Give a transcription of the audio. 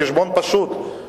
חשבון פשוט,